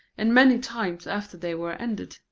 and many times after they were ended,